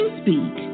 speak